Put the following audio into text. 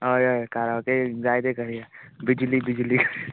हय हय काराओके जाय तें करया बिजली बिजली